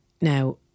now